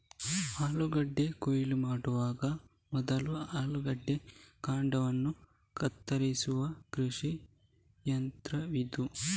ಆಲೂಗೆಡ್ಡೆ ಕೊಯ್ಲು ಮಾಡುವ ಮೊದಲು ಆಲೂಗೆಡ್ಡೆ ಕಾಂಡಗಳನ್ನ ಕತ್ತರಿಸುವ ಕೃಷಿ ಯಂತ್ರವಿದು